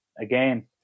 again